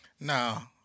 Now